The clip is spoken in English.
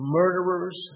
murderers